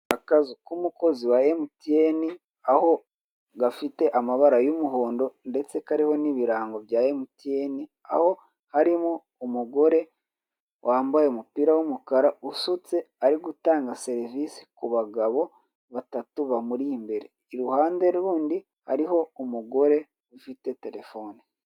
Akazi k'umukozi wa mtn, aho gafite amabara y'umuhondo ndetse kariho n'ibirango bya mtn. Aho harimo umugore wambaye umupira w'umukara usutse ari gutanga serivise ku bagabo batatu bamuri imbere. Ku ruhande rundi hariho umugore ufite telefone.